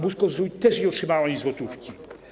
Busko-Zdrój też nie otrzymało ani złotówki.